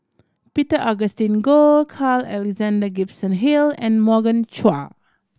Peter Augustine Goh Carl Alexander Gibson Hill and Morgan Chua